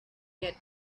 get